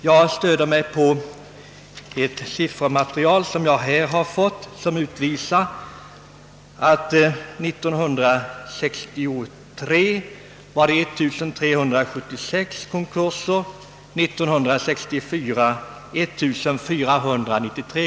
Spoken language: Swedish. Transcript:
Jag stöder emellertid min uppfattning på ett siffermaterial som jag fått och som visar att antalet konkurser år 1963 var 1376 och år 1964 1493.